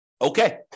Okay